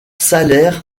salaire